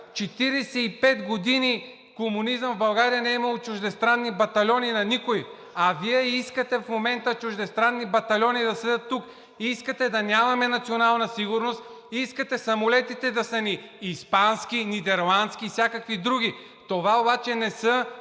45 години комунизъм в България и не е имало чуждестранни батальони на никой, а Вие искате в момента чуждестранни батальони да седят тук. (Реплики от ДБ.) Искате да нямаме национална сигурност, искате самолетите да са ни испански, нидерландски и всякакви други, това обаче не са